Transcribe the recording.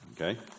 okay